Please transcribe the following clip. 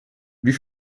wie